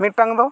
ᱢᱤᱫᱴᱟᱝ ᱫᱚ